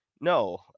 No